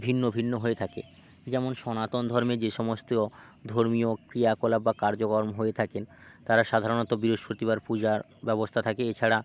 ভিন্ন ভিন্ন হয়ে থাকে যেমন সনাতন ধর্মে যে সমস্ত ধর্মীয় ক্রিয়াকলাপ বা কার্যক্রম হয়ে থাকেন তারা সাধারণত বৃহস্পতিবার পূজার ব্যবস্থা থাকে এছাড়া